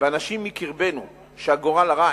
באנשים מקרבנו שהגורל הרע